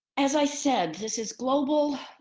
as i said, this is global.